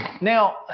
now